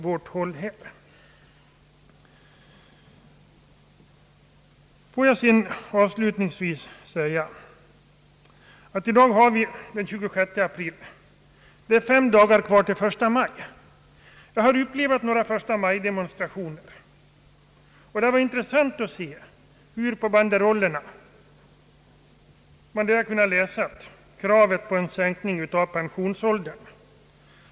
Får jag avslutningsvis säga att i dag har vi den 26 april och alltså fem dagar kvar till 1 maj. Jag har upplevt några 1 maj-demonstrationer, och det har varit intressant att se hur man på banderollerna kunnat läsa kravet på en sänkning av pensionsåldern.